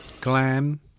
Glam